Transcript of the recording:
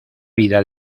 vida